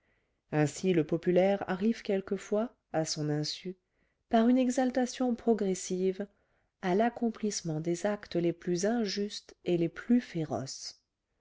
ainsi le populaire arrive quelquefois à son insu par une exaltation progressive à l'accomplissement des actes les plus injustes et les plus féroces